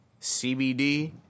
CBD